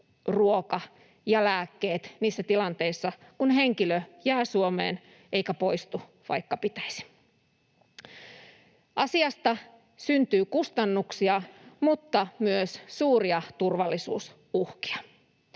ruoka ja lääkkeet niissä tilanteissa, kun henkilö jää Suomeen eikä poistu, vaikka pitäisi. Asiasta syntyy kustannuksia mutta myös suuria turvallisuusuhkia.